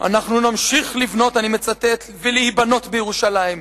"אנחנו נמשיך לבנות ולהיבנות בירושלים,